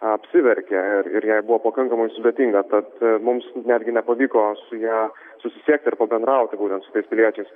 apsiverkė ir ir jai buvo pakankamai sudėtinga tad mums netgi nepavyko su ja susisiekti ir pabendrauti būtent su tais piliečiais